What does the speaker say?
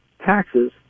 taxes